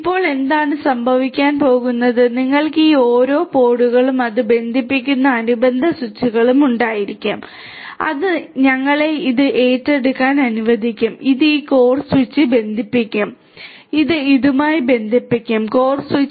ഇപ്പോൾ എന്താണ് സംഭവിക്കാൻ പോകുന്നത് നിങ്ങൾക്ക് ഈ ഓരോ പോഡുകളും അത് ബന്ധിപ്പിക്കുന്ന അനുബന്ധ സ്വിച്ചുകളും ഉണ്ടായിരിക്കും ഇത് ഞങ്ങളെ ഇത് ഏറ്റെടുക്കാൻ അനുവദിക്കും ഇത് ഈ കോർ സ്വിച്ച് ബന്ധിപ്പിക്കും ഇത് ഇതുമായി ബന്ധിപ്പിക്കും കോർ സ്വിച്ച്